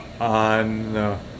on